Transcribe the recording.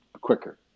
quicker